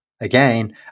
again